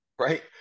right